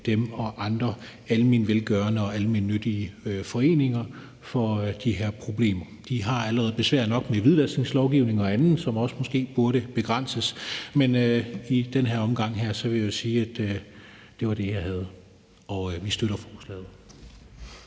dem og andre almenvelgørende og almennyttige foreninger for de her problemer. De har allerede besvær nok med hvidvasklovgivning andet, som også måske burde begrænses. I den her omgang vil jeg sige, at det var det, jeg havde, og at vi støtter forslaget.